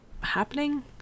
happening